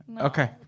okay